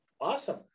awesome